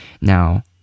now